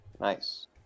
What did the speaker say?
Nice